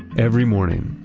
every morning,